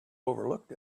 overlooked